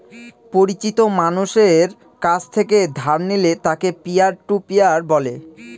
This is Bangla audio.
পরিচিত মানষের কাছ থেকে ধার নিলে তাকে পিয়ার টু পিয়ার বলে